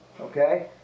Okay